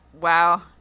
Wow